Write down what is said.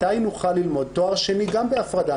מתי נוכל ללמוד תואר שני גם בהפרדה?